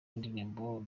indirimbo